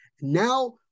Now